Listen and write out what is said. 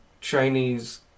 Chinese